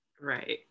right